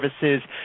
services